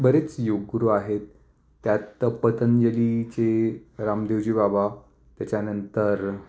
बरेच योगगुरू आहेत त्यात पतंजलीचे रामदेवजी बाबा त्याच्यानंतर